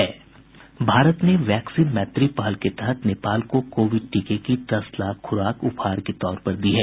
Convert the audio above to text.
भारत ने वैक्सीन मैत्री पहल के तहत नेपाल को कोविड टीके की दस लाख खुराक उपहार के तौर पर दी है